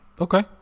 Okay